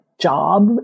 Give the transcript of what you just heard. job